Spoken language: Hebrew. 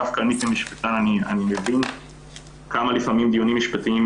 דווקא אני כמשפטן מבין כמה דיונים משפטיים